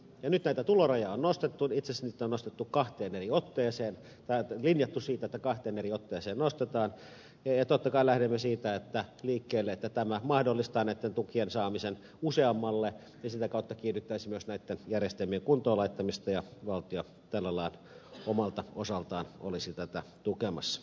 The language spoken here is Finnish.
nyt näitä tulorajoja on nostettu itse asiassa niitä on nostettu kahteen eri otteeseen linjattu että kahteen eri otteeseen nostetaan ja totta kai lähdemme siitä liikkeelle että tämä mahdollistaa näitten tukien saamisen useammalle ja sitä kautta kiihdyttäisi myös näiden järjestelmien kuntoon laittamista ja valtio tällä lailla omalta osaltaan olisi tätä tukemassa